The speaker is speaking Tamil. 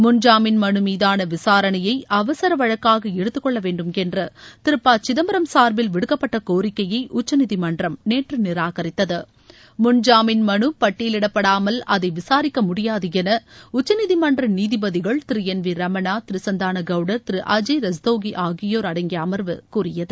முன்ஜாமீன் மனு மீதான விசாரணையை அவசர வழக்காக எடுத்துக்கொள்ள வேண்டும் என்று திரு ப சிதம்பரம் சார்பில் விடுக்கப்பட்ட கோரிக்கையை உச்சநீதிமன்றம் நேற்று நிராகரித்து முன் ஜாமின் மனு பட்டியலிடப்படாமல் அதை விசாரிக்க முடியாது என உச்சநீதிமன்ற நீதிபதிகள் திரு என் வி ரமணா திரு சந்தான கவுடர் திரு அஜய் ரஸ்தோகி ஆகியோர் அடங்கிய அமர்வு கூறியது